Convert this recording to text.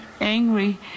angry